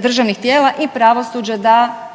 državnih tijela i pravosuđa da